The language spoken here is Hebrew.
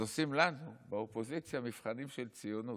אז עושים לנו באופוזיציה מבחנים של ציונות.